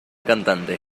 cantante